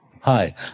Hi